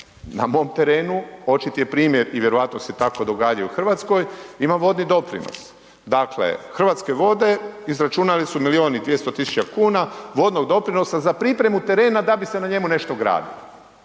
na mom terenu, očiti je primjer i vjerojatno se tako događa i u Hrvatskoj ima vodni doprinos. Dakle Hrvatske vode, izračunali su milijun i 200 tisuća kuna vodnog doprinosa za pripremu terena da bi se na njemu nešto gradilo.